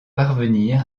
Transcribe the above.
parvenir